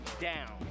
down